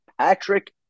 Patrick